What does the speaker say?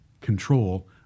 control